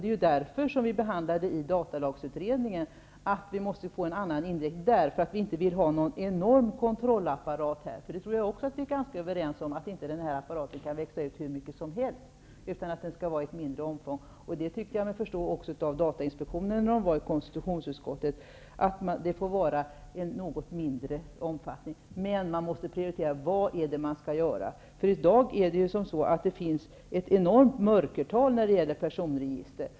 Det är därför frågan behandlas i datalagsutredningen, dvs. att det måste bli en annan inriktning så att det inte blir en enorm kontrollapparat. Jag tror att vi är överens om att denna apparat inte skall växa hur mycket som helst. Den skall finnas i ett mindre omfång. Jag tyckte mig också förstå att datainspektionen, när inspektionen besökte konstitutionsutskottet, ansåg att kontrollen skall utföras i en något mindre omfattning. Men en prioritering måste ske av vad som skall göras. I dag finns ett enormt mörkertal när det gäller personregister.